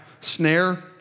snare